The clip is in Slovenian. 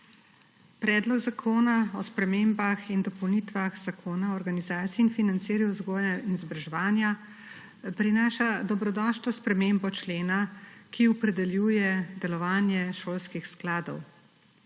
Predlog Zakona o spremembah in dopolnitvah Zakona o organizaciji in financiranju vzgoje in izobraževanja prinaša dobrodošlo spremembo člena, ki opredeljuje delovanje šolskih skladov.